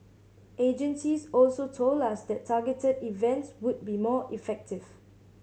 agencies also told us that targeted events would be more effective